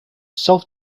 self